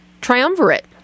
triumvirate